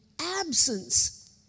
absence